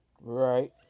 right